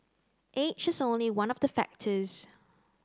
age is only one of the factors